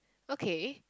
okay